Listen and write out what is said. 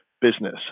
business